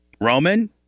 Roman